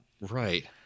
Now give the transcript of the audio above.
Right